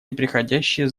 непреходящее